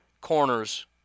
corners